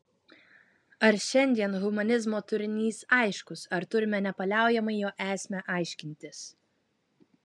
ar šiandien humanizmo turinys aiškus ar turime nepaliaujamai jo esmę aiškintis